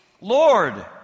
Lord